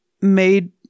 made